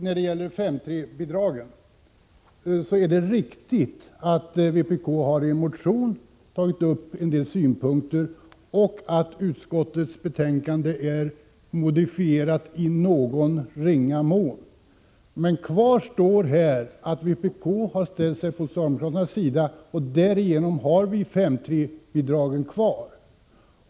När det gäller 5:3-bidraget är det riktigt att vpk i en motion har tagit upp en del synpunkter och att utskottsbetänkandet är modifierat i någon ringa mån. Men kvar står att vpk har ställt sig på socialdemokraternas sida och att vi därigenom har 5:3-bidraget kvar.